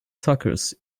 soccer